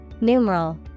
Numeral